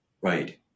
Right